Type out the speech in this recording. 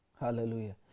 Hallelujah